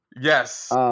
Yes